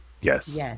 yes